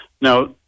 Now